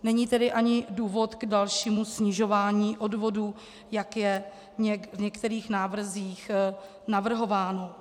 Není tedy ani důvod k dalšímu snižování odvodů, jak je v některých návrzích navrhováno.